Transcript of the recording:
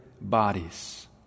bodies